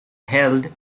held